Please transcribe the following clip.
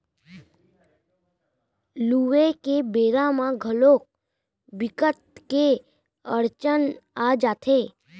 लूए के बेरा म घलोक बिकट के अड़चन आ जाथे